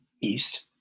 east